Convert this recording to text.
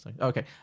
Okay